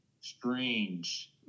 strange